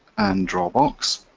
and draw a box,